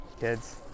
Kids